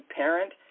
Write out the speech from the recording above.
parent